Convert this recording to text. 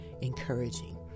encouraging